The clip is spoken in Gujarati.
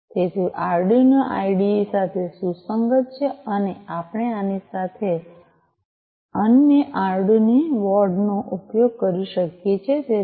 તેથી આઆર્ડિનોઆઇડીઇ સાથે સુસંગત છે અને આપણે આની સાથે અન્યઆર્ડિનો બોર્ડ નો ઉપયોગ કરી શકીએ છીએ